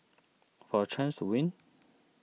for a chance to win